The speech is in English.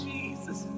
Jesus